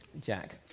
Jack